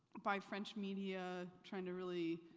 by french media trying to really,